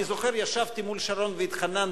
אני זוכר שישבתי מול שרון והתחננתי.